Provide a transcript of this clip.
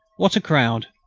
what a crowd,